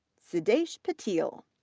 siddhesh patil,